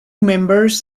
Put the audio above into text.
members